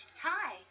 Hi